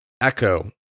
Echo